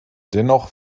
dennoch